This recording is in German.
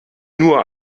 nur